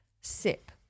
sip